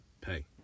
Pay